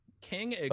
King